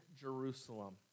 Jerusalem